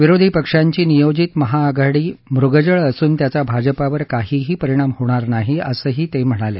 विरोधी पक्षांची नियोजित महाआघाडी मृगजळ असून त्याचा भाजपावर काही परिणाम होणार नाही असं ते म्हणाले